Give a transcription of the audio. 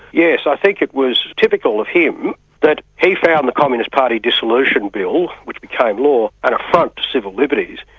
yes, i think it was typical of him that he found the communist party dissolution bill, which became law and a front to civil liberties,